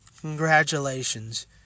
Congratulations